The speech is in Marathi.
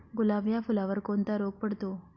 गुलाब या फुलावर कोणता रोग पडतो?